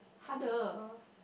harder